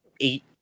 eight